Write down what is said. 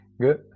good